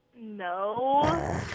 No